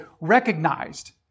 recognized